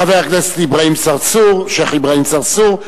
חבר הכנסת שיח' אברהים צרצור,